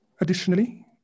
Additionally